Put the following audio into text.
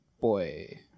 Boy